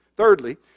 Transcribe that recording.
Thirdly